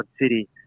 City